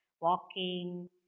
walking